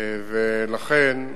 ולכן,